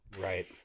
Right